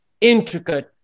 intricate